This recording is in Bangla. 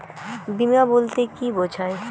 বিমা বলতে কি বোঝায়?